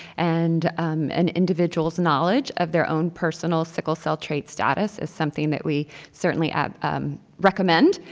and an individual's knowledge of their own personal sickle cell trait status is something that we certainly um recommend,